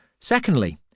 secondly